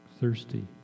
thirsty